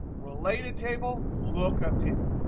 related table, lookup table.